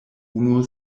unu